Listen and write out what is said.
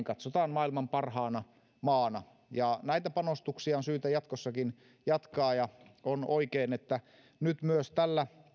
katsotaan maailman parhaana maana kun maailmalta tännepäin katsotaan näitä panostuksia on syytä jatkossakin jatkaa ja on oikein että nyt myös tällä